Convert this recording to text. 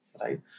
right